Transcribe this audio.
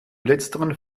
letzteren